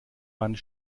wand